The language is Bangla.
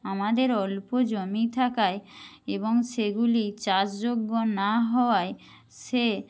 আমাদের অল্প জমি থাকায় এবং সেগুলি চাষযোগ্য না হওয়ায় সে